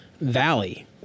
Valley